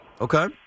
Okay